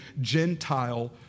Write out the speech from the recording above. Gentile